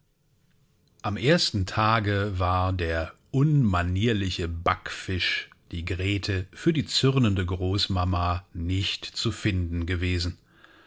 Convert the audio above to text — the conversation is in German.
am ersten tage war der unmanierliche backfisch die grete für die zürnende großmama nicht zu finden gewesen